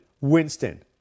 Winston